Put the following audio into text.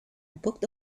booked